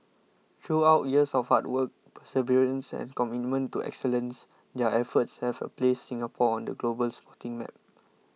throughout years of hard work perseverance and commitment to excellence their efforts have placed Singapore on the global sporting map